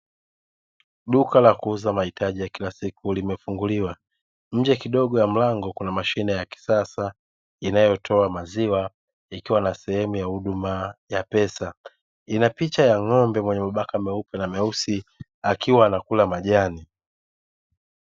Duka la kuuza mahitaji ya kila siku limefunguliwa. Nje kidogo ya mlango kuna mashine ya kisasa inayotoa maziwa, ikiwa na sehemu ya huduma ya pesa. Ina picha ya ng'ombe mwenye mabaka meupe na meusi akiwa anakula majani.